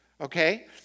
okay